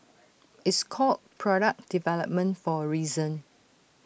it's called product development for A reason